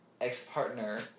ex-partner